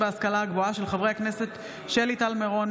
בהצעתם של חברי הכנסת שלי טל מירון,